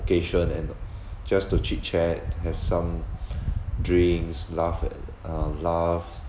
occasion and uh just to chit chat have some drinks laugh and uh laugh